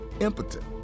impotent